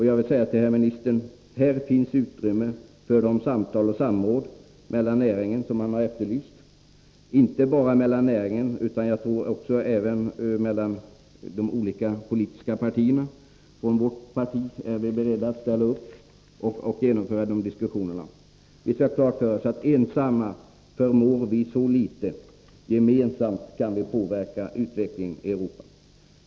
Jag vill säga till ministern att här finns utrymme för de samtal och det samråd, inte bara inom näringen utan också mellan de olika politiska partierna, som man har efterlyst. Från vårt parti är vi beredda att medverka i diskussionerna. Vi skall ha klart för oss att vi ensamma förmår litet, men att vi gemensamt kan påverka utvecklingen i Europa.